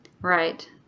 Right